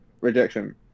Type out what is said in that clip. Rejection